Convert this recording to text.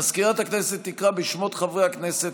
מזכירת הכנסת תקרא בשמות חברי הכנסת,